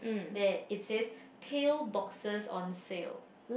there it says pill boxes on sale